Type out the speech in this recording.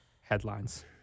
headlines